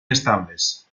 estables